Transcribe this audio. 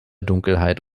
dunkelheit